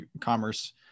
commerce